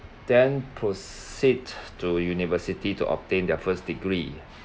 then proceed to university to obtain their first degree